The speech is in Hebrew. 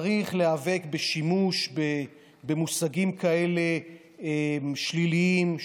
צריך להיאבק בשימוש במושגים כאלה שליליים,